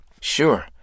Sure